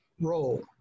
role